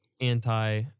anti